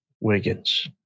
Wiggins